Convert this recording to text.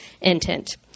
intent